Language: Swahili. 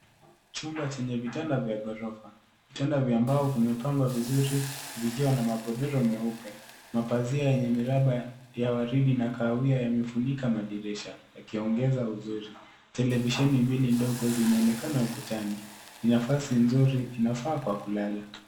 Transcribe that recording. Chumba chenye vitanda vya ghorofa, vitanda vya mbao vimepangwa vizuri vikiwa na magodoro meupe. Mapazia yenye miraba ya waridi na kahawia yamefunika madirisha, yakiongeza uzuri. Televisheni mbili ndogo zinaonekana ukutani, ni nafasi nzuri inafaa kwa kulala.